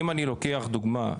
אם אני לוקח דוגמא,